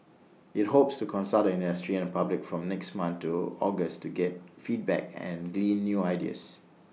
IT hopes to consult the industry and public from next month to August to get feedback and glean new ideas